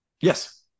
Yes